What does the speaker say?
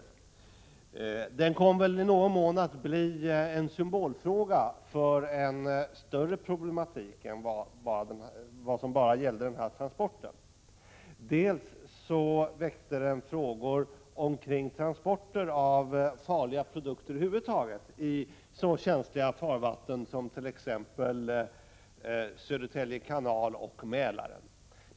Det hela kom väl i någon mån att bli en symbolfråga för en större problematik än vad som bara gällde den här transporten. Bl. a. väcktes frågor kring transporter av farliga produkter över huvud taget i så känsliga farvatten som Södertälje kanal och Mälaren.